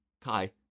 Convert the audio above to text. Kai